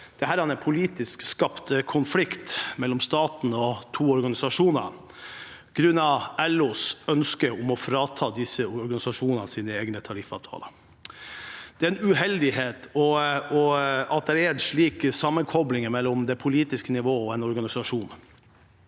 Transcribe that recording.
dette er en politisk skapt konflikt mellom staten og to organisasjoner grunnet LOs ønske om å frata disse organisasjonene deres egne tariffavtaler. Det er uheldig at det er en slik sammenkobling mellom det politiske nivå og en organisasjon.